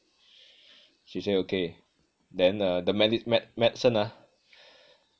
she say okay then uh the medi~ med~ medicine ah